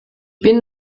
bin